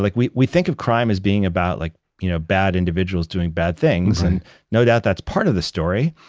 like we we think of crime as being about like you know bad individuals doing bad things, and no doubt that's part of the story,